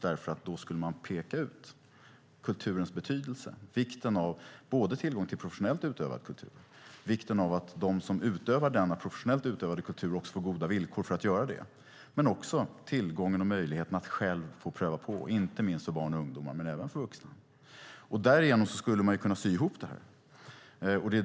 Då skulle man peka ut kulturens betydelse och vikten av tillgång till professionellt utövad kultur, vikten av att de som utövar denna professionellt utövade kultur får goda villkor och vikten av tillgång och möjligheten att själv få pröva på, inte minst för barn och ungdomar men även för vuxna. Därigenom skulle man kunna sy ihop det här.